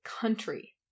country